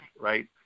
right